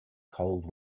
cold